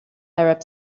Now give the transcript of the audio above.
arab